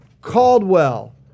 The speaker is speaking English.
Caldwell